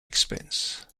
expense